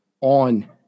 on